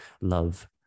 love